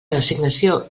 designació